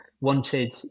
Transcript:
wanted